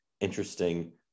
interesting